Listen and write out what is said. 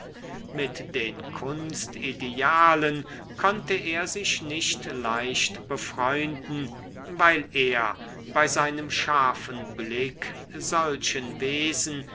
mit den kunstidealen konnte er sich nicht leicht befreunden weil er bei seinem scharfen blick solchen wesen